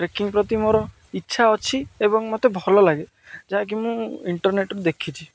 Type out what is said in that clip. trekking ପ୍ରତି ମୋର ଇଚ୍ଛା ଅଛି ଏବଂ ମତେ ଭଲ ଲାଗେ ଯାହାକି ମୁଁ ଇଣ୍ଟରନେଟ୍ର ଦେଖିଛି